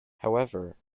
however